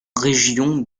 région